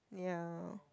ya